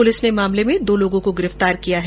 police ने मामले में दो लोगों को गिरफ्तार किया है